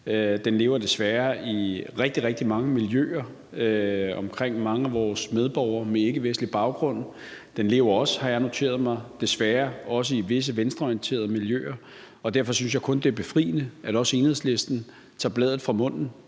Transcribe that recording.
Den lever desværre i rigtig, rigtig mange miljøer hos mange af vores medborgere med ikkevestlig baggrund; den lever desværre også, har jeg noteret mig, i visse venstreorienterede miljøer, og derfor synes jeg kun det er befriende, at også Enhedslisten tager bladet fra munden